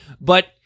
but-